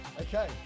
Okay